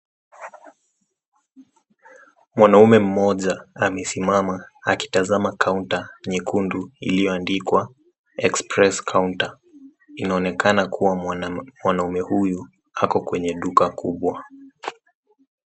Mwanaume mmoja amesimama akitazama [counter] nyekundu iliyoandikwa [express counter], inaonekana kuwa mwanaume huyu ako kwenye duka kubwa.